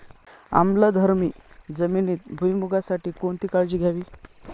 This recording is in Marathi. आम्लधर्मी जमिनीत भुईमूगासाठी कोणती काळजी घ्यावी?